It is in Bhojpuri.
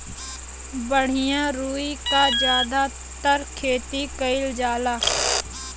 बढ़िया रुई क जादातर खेती कईल जाला